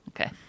Okay